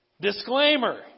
Disclaimer